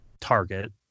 target